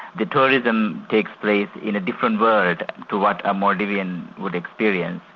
the tourism takes place in a different world to what a maldivian would experience,